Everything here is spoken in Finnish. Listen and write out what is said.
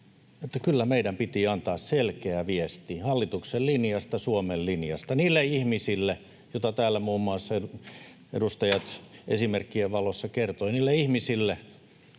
kyllä meidän piti antaa selkeä viesti hallituksen linjasta, Suomen linjasta, niille ihmisille, joista täällä edustajat muun muassa esimerkkien valossa kertoivat: